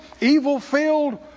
evil-filled